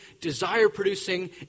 desire-producing